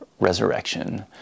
resurrection